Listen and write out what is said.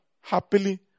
happily